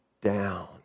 down